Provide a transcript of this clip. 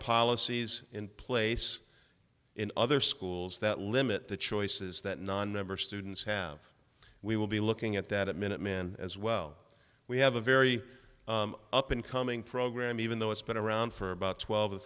policies in place in other schools that limit the choices that nonmembers students have we will be looking at that minuteman as well we have a very up and coming program even though it's been around for about twelve